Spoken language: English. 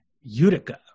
Utica